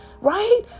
right